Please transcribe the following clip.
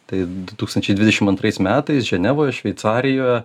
tai du tūkstančiai dvidešim antrais metais ženevoj šveicarijoje